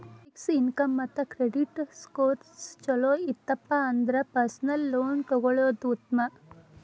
fix income ಮತ್ತ credit scores ಚೊಲೋ ಇತ್ತಪ ಅಂದ್ರ ಪರ್ಸನಲ್ ಲೋನ್ ತೊಗೊಳ್ಳೋದ್ ಉತ್ಮ